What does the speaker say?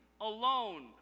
alone